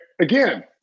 Again